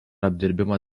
apdirbimo